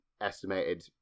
estimated